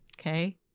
Okay